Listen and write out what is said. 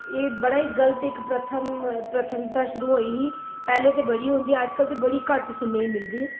एह् बड़ा ई गलत प्रथा प्रथा शुरु होई ही पैह्लें ते बड़ी होंदी ही अजकल बड़ी घट्ट सुन्नने ई मिलदी ऐ